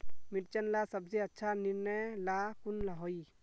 मिर्चन ला सबसे अच्छा निर्णय ला कुन होई?